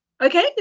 Okay